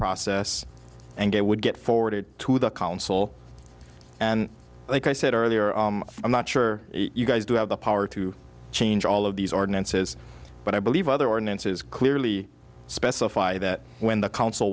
process and it would get forwarded to the council and like i said earlier i'm not sure you guys do have the power to change all of these ordinances but i believe other ordinances clearly specify that when the council